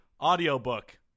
audiobook